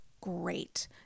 great